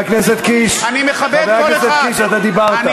חבר הכנסת קיש, חבר הכנסת קיש, אתה דיברת.